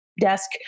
desk